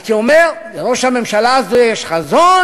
הייתי אומר: לראש הממשלה הזה יש חזון,